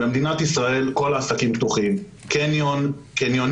במדינת ישראל כל העסקים פתוחים: קניונים,